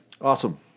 Awesome